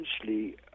essentially